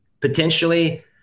potentially